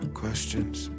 questions